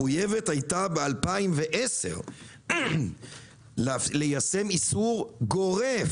ישראל מחויבת הייתה ב-2010 ליישם איסור גורף,